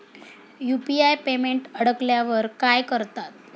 UPI payment अडकल्यावर काय करतात?